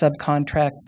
subcontract